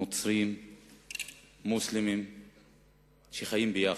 נוצרים ומוסלמים שחיים ביחד,